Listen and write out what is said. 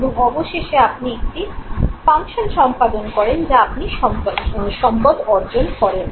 এবং অবশেষে আপনি একটি ফাংশন সম্পাদন করেন যা আপনি সম্পদ অর্জন করেন